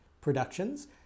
productions